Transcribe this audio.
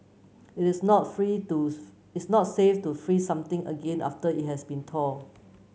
it is not free it's not safe to freeze something again after it has been thawed